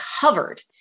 covered